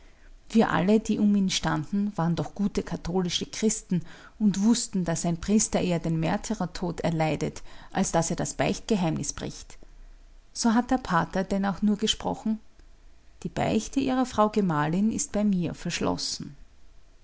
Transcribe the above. wir alle die um ihn standen waren doch gute katholische christen und wußten daß ein priester eher den märtyrertod erleidet als daß er das beichtgeheimnis bricht so hat der pater denn auch nur gesprochen die beichte ihrer frau gemahlin ist bei mir verschlossen